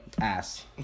ass